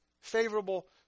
favorable